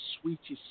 sweetest